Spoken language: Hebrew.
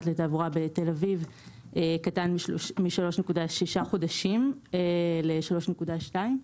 לתעבורה בתל אביב קטן מ-3.6 חודשים ל-3.2 חודשים.